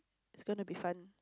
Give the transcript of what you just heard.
it's gonna be fun